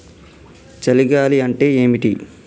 చలి గాలి అంటే ఏమిటి?